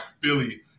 Philly